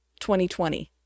2020